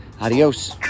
Adios